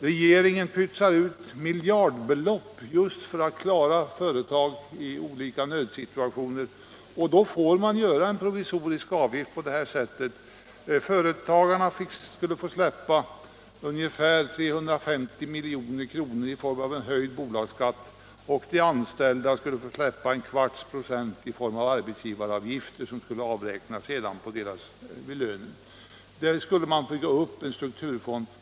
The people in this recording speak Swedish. Regeringen måste ju pytsa ut miljardbelopp just för att klara företag i olika nödsituationer. Då är det bättre att införa en provisorisk avgift på det sätt vi har föreslagit. Företagarna skulle få släppa till ungefär 350 milj.kr. i form av en höjd bolagsskatt, och de anställda 0,25 96 i form av arbetsgivaravgifter som skulle avräknas på deras inkomster. På så sätt skulle man kunna bygga upp en strukturfond.